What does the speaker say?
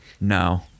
No